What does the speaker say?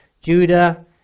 Judah